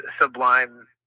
Sublime